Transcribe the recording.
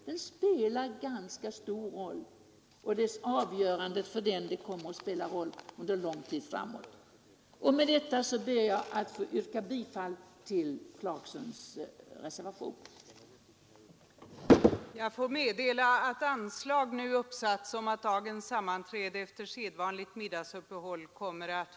Det spelar faktiskt en ganska stor roll och för dem det berör kommer den att ha betydelse under lång tid framåt. Med detta ber jag att få yrka bifall till reservationen 1 av herrar Lothigius och Clarkson.